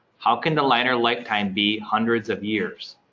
how can the liner lifetime be hundreds of years?